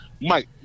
Mike